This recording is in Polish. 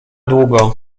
długo